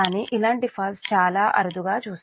కానీ ఇలాంటి ఫాల్ట్స్ చాలా అరుదుగా చూస్తాము